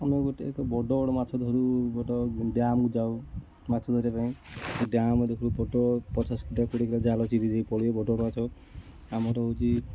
ଆମେ ଗୁଟେ ଏକ ବଡ଼ ବଡ଼ ମାଛ ଧରୁ ବଡ଼ ଡ଼୍ୟାମ୍କୁ ଯାଉ ମାଛ ଧରିବା ପାଇଁ ଡ଼୍ୟାମ୍ ଦେଖିଲୁ ବଡ଼ ପଚାଶ କିଲିଆ କୁଡ଼ିଏ କିଲିଆ ଜାଲ ଚିରିଦେଇ ପଳେଇବେ ବଡ଼ ମାଛ ଆମର ହେଉଛି